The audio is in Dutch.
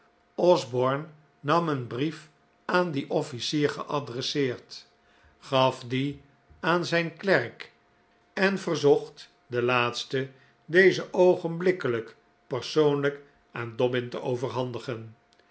osborne nam een brief aan dien officier geadresseerd gaf dien aan zijn klerk en verzocht den laatste dezen oogenblikkelijk persoonlijk aan dobbin te overhandigen